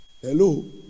Hello